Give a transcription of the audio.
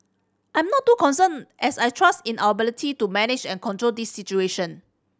I'm not too concerned as I trust in our ability to manage and control this situation